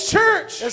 church